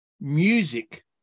music